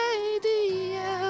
Radio